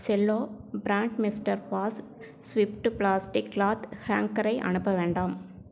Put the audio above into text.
Cello brand mister boss swift plastic cloth ஹேங்கரை அனுப்ப வேண்டாம்